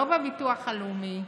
לא בביטוח הלאומי,